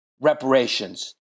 reparations